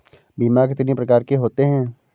बीमा कितनी प्रकार के होते हैं?